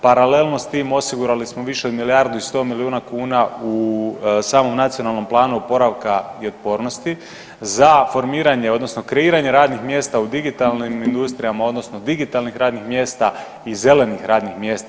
Paralelno s tim osigurali smo više od milijardu i 100 milijuna kuna u samom Nacionalnom planu oporavka i otpornosti za formiranje odnosno kreiranje radnih mjesta u digitalnim industrijama odnosno digitalnih radnih mjesta i zelenih radnih mjesta.